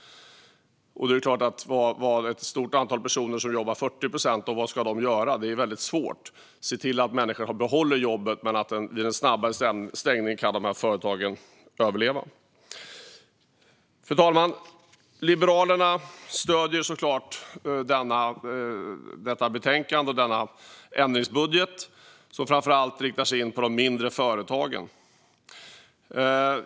Vad ska ett stort antal personer som jobbar 40 procent göra? Det är väldigt svårt. Vid en snabbare stängning kan de här företagen överleva och människor behålla jobbet. Fru talman! Liberalerna stöder såklart förslaget i detta betänkande och denna ändringsbudget, som framför allt riktas in på de mindre företagen.